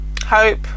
hope